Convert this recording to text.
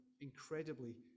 incredibly